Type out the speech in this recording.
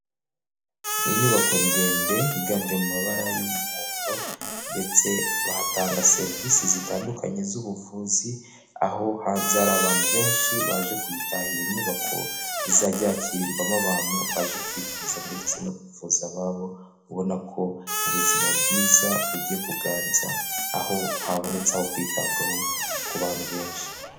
Inyubako ndende yiganje mu mabara y'umuhondo ndetse batanga serivisi zitandukanye z'ubuvuzi, aho hanze hari abantu benshi baje kuyitahira iyo nyubako izajya yakirirwamo abantu baje kwivuza ndetse no kuvuza ababo, ubona ko ubuzima bwiza bugiye kuganza aho habonetse aho kwitabwaho ku bantu benshi.